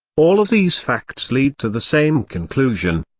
all of these facts lead to the same conclusion.